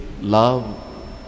love